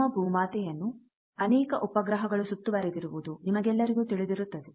ನಮ್ಮ ಭೂಮಾತೆಯನ್ನು ಅನೇಕ ಉಪಗ್ರಹಗಳು ಸುತ್ತುವರಿದಿರುವುದು ನಿಮಗೆಲ್ಲರಿಗೂ ತಿಳಿದಿರುತ್ತದೆ